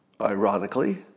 ironically